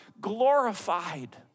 glorified